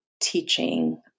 teaching